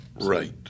Right